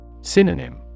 Synonym